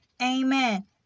Amen